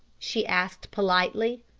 she asked politely.